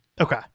Okay